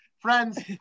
Friends